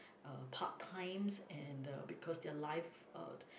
uh part times and uh because their life uh